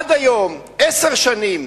עד היום, עשר שנים,